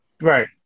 Right